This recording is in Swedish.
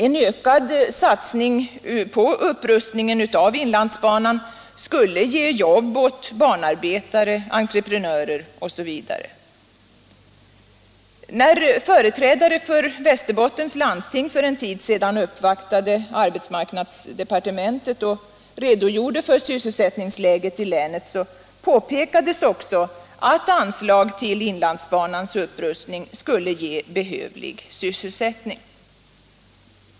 En ökad satsning på upprustning av inlandsbanan skulle ge jobb åt banarbetare, entreprenörer osv. När företrädare för Västerbottens landsting för en tid sedan uppvaktade arbetsmarknadsdepartementet och redogjorde för sysselsättningsläget i länet, påpekades också att anslag till inlandsbanans upprustning skulle ge behövlig sysselsättning.